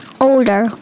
older